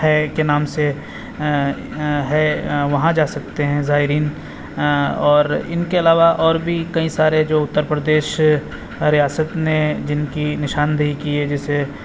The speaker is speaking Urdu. ہے کے نام سے ہے وہاں جا سکتے ہیں زائرین اور ان کے علاوہ اور بھی کئی سارے جو اتر پردیش ریاست نے جن کی نشاندہ کی ہے جیسے